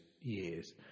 years